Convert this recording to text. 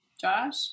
Josh